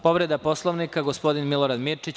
Povreda Poslovnika, gospodin, Milorad Mirčić.